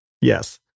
Yes